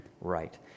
right